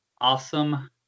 awesome